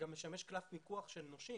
זה גם משמש קלף מיקוח של נושים.